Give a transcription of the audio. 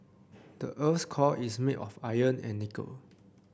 the earth's core is made of iron and nickel